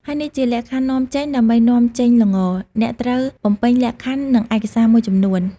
ហើយនេះជាលក្ខខណ្ឌនាំចេញ ដើម្បីនាំចេញល្ង អ្នកត្រូវបំពេញលក្ខខណ្ឌ និងឯកសារមួយចំនួន។